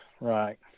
right